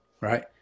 right